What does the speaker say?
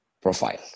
profile